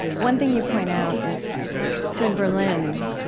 one thing you point out is so in berlin,